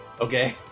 Okay